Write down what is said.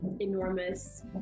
enormous